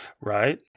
Right